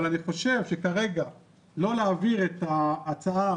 אבל אני חושב שכרגע לא להעביר את ההצעה